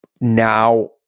now